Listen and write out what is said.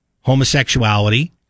homosexuality